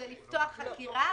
זה לפתוח חקירה?